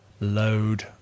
load